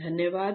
धन्यवाद